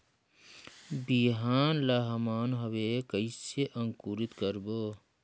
बिहान ला हमन हवे कइसे अंकुरित करबो?